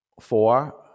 four